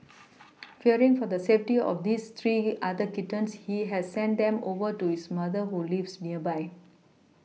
fearing for the safety of this three other kittens he has sent them over to his mother who lives nearby